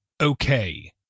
okay